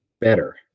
better